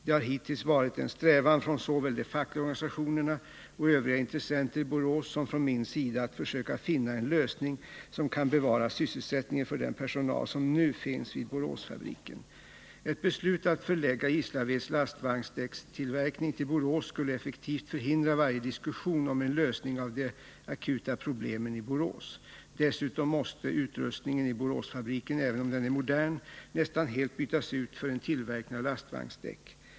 Det har hittills varit en strävan såväl från de fackliga organisationerna och övriga intressenter i Borås som från min sida att försöka finna en lösning som kan bevara sysselsättningen för den personal som nu finns vid Boråsfabriken. Ett beslut att förlägga Gislaveds lastvagnsdäckstillverkning till Borås skulle effektivt förhindra varje diskussion om en lösning av de akuta problemen i Borås. Dessutom måste utrustningen i Boråsfabriken, även om den är modern, nästan helt bytas ut för en tillverkning av lastvagnsdäck.